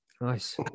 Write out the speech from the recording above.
Nice